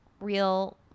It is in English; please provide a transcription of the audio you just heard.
real